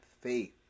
faith